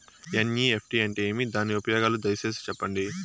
NEFT అంటే ఏమి? దాని ఉపయోగాలు దయసేసి సెప్పండి?